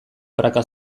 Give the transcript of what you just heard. praka